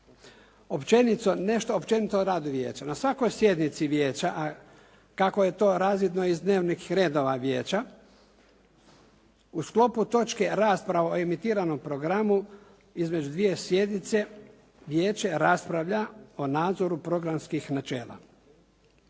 općenito o radu vijeća. Na svakoj sjednici vijeća a kako je to razvidno iz dnevnih redova vijeća u sklopu točke rasprava o emitiranom programu između dvije sjednice vijeće raspravlja o nadzoru programskih načela.